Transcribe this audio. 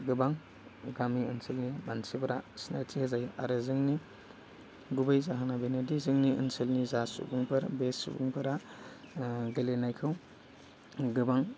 गोबां गामि ओनसोलनि मानसिफोरा सिनायथि होजायो आरो जोंनि गुबै जाहोना बेनोदि जोंनि ओनसोलनि जा सुबुंफोर बे सुबुंफोरा गेलेनायखौ गोबां